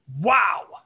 Wow